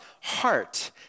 heart